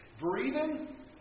breathing